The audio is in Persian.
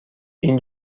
این